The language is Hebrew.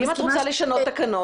ואם את רוצה לשנות תקנות,